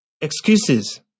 Excuses